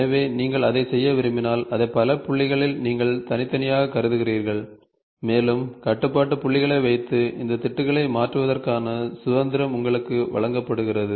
எனவே நீங்கள் அதைச் செய்ய விரும்பினால் அதை பல புள்ளிகளில் நீங்கள் தனித்தனியாகக் கருதுகிறீர்கள் மேலும் கட்டுப்பாட்டு புள்ளிகளை வைத்து இந்த திட்டுக்களை மாற்றுவதற்கான சுதந்திரம் உங்களுக்கு வழங்கப்படுகிறது